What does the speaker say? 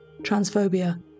transphobia